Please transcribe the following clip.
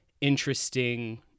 interesting